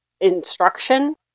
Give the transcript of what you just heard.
instruction